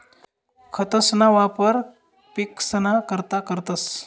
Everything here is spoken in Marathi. खतंसना वापर पिकसना करता करतंस